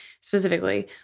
specifically